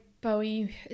bowie